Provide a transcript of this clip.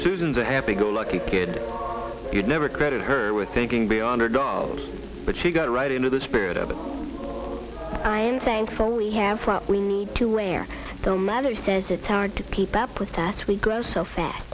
a happy go lucky kid you'd never credit her with thinking beyond her god but she got right into the spirit of it i am thankful we have from we need to where the mother says it's hard to keep up with us we grow so fast